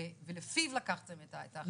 ולפיו לקחתם את ההחלטה.